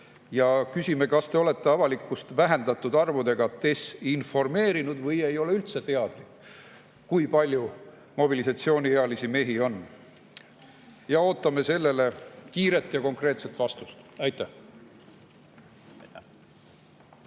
Ja kas te olete avalikkust vähendatud arvudega desinformeerinud või ei ole üldse teadlik, kui palju siin mobilisatsiooniealisi mehi on? Ootame sellele kiiret ja konkreetset vastust. Aitäh!